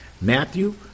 Matthew